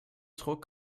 druck